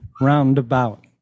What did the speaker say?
roundabout